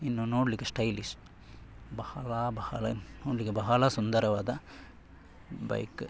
ಇನ್ನು ನೋಡಲಿಕ್ಕೆ ಸ್ಟೈಲಿಶ್ ಬಹಳ ಬಹಳ ನೋಡಲಿಕ್ಕೆ ಬಹಳ ಸುಂದರವಾದ ಬೈಕ್